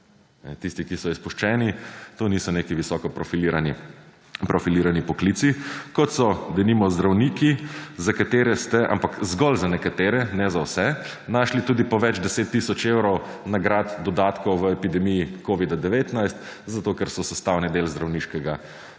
Tisti, ki so izpuščeni to niso neki visoko profilirani poklici kot so denimo zdravniki, za katere ste, ampak zgolj za nekatere ne za vse našli tudi po več 10 tisoč evrov nagrad dodatkov v epidemiji Covid-19, zato ker so sestavni del zdravniškega